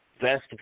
best